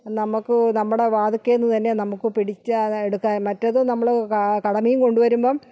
നമുക്ക് നമ്മുടെ വതിൽക്കലിൽ നിന്ന് തന്നെ നമുക്ക് പിടിച്ചത് എടുക്കാം മറ്റേത് നമ്മള് കട മീൻ കൊണ്ടു വരുമ്പം